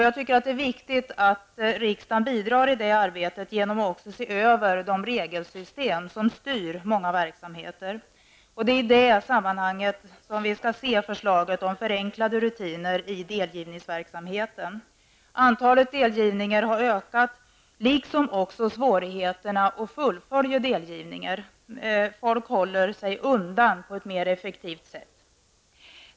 Jag tycker att det är viktigt att riksdagen bidrar till det arbetet genom att också se över de regelsystem som styr många verksamheter. I det sammanhanget skall vi se förslaget om förenklade rutiner i delgivningsverksamheten. Antalet delgivningar har ökat, liksom också svårigheterna att fullfölja delgivningen. Folk håller sig undan på ett mer effektivt sätt.